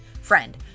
Friend